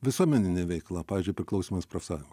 visuomeninė veikla pavyzdžiui priklausymas profsąjun